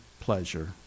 pleasure